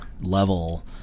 level